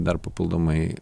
dar papildomai